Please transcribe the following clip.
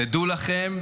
תדעו לכם,